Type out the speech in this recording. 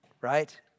right